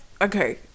okay